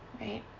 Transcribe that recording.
right